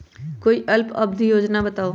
कोई अल्प अवधि योजना बताऊ?